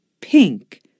pink